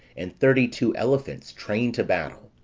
and thirty-two elephants trained to battle.